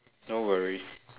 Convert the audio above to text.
no worries